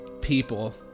people